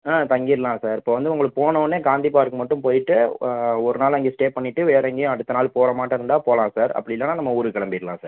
ஆ தங்கிடலாம் சார் இப்போ வந்து உங்களுக்கு போனவொடனே காந்தி பார்க்கு மட்டும் போய்ட்டு ஒரு நாள் அங்கே ஸ்டே பண்ணிவிட்டு வேறு எங்கேயும் அடுத்த நாள் போறமாட்டு இருந்தால் போகலாம் சார் அப்படி இல்லைன்னா நம்ம ஊருக்கு கிளம்பிர்லாம் சார்